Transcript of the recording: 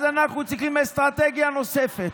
אז אנחנו צריכים אסטרטגיה נוספת.